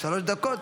שלוש דקות.